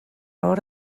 hor